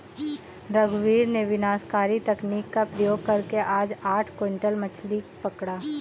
रघुवीर ने विनाशकारी तकनीक का प्रयोग करके आज आठ क्विंटल मछ्ली पकड़ा